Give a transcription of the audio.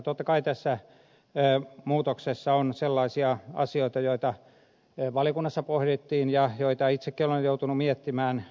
totta kai tässä muutoksessa on sellaisia asioita joita valiokunnassa pohdittiin ja joita itsekin olen joutunut miettimään